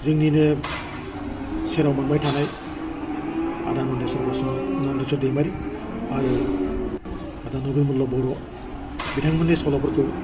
जोंनिनो सेराव मोनबाय थानाय आदा नन्देस्वर नन्देस्वर दैमारि आरो आदा नबिन मल्ल बर' बिथांमोननि सल'फोरखौ